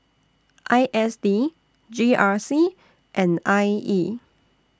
I S D G R C and I E